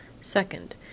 Second